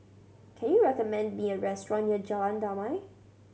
can you recommend me a restaurant near Jalan Damai